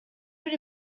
бир